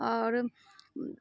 आओर